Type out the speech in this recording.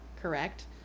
correct